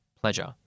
pleasure